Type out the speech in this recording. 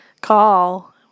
call